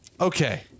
Okay